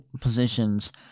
positions